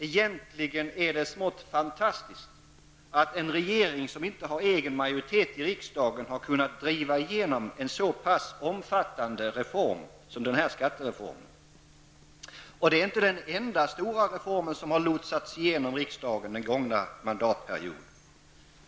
Egentligen är det smått fantastiskt, att en regering som inte har egen majoritet i riksdagen har kunnat driva igenom en så pass omfattande reform som denna skattereform. Och det är inte den enda stora reformen som har lotsats igenom riksdagen den gångna mandatperioden.